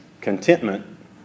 contentment